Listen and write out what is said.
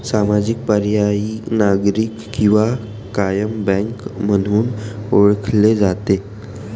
सामाजिक, पर्यायी, नागरी किंवा कायम बँक म्हणून ओळखले जाते